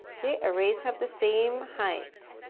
okay, arrays have the same height.